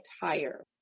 higher